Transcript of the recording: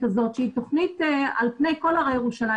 הזאת שהיא תכנית על פני כל הרי ירושלים.